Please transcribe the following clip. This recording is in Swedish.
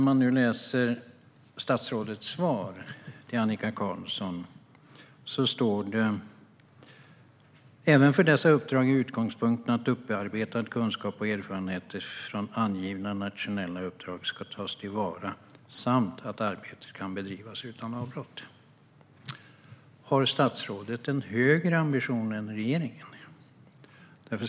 I statsrådets svar till Annika Qarlsson står det: "Även för dessa uppdrag är utgångspunkten att upparbetad kunskap och erfarenhet från angivna nationella uppdrag ska tas tillvara samt att arbetet kan bedrivas utan avbrott." Har statsrådet en högre ambition än regeringen?